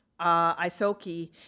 Isoki